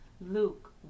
luke